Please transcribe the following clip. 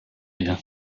wir